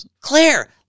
Claire